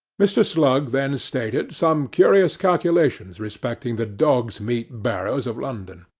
mr. slug then stated some curious calculations respecting the dogs'-meat barrows of london.